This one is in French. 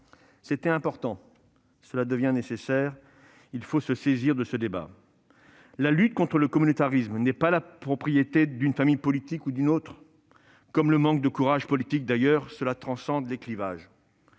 C'était important, cela devient nécessaire. Il faut se saisir de ce débat. La lutte contre le communautarisme n'est pas la propriété d'une famille politique plus que d'une autre, tout comme le manque de courage politique, d'ailleurs : ces phénomènes transcendent les clivages.